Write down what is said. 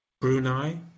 Brunei